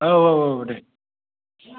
औ औ दे